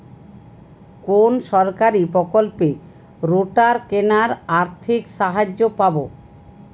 কোন সরকারী প্রকল্পে রোটার কেনার আর্থিক সাহায্য পাব?